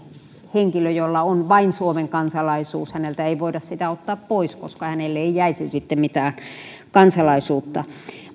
henkilöltä jolla on vain suomen kansalaisuus ei voida sitä ottaa pois koska hänelle ei sitten jäisi mitään kansalaisuutta